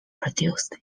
produced